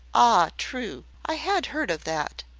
ah, true! i had heard of that.